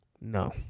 No